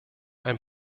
ein